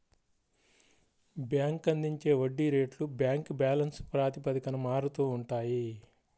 bank అందించే వడ్డీ రేట్లు బ్యాంక్ బ్యాలెన్స్ ప్రాతిపదికన మారుతూ ఉంటాయి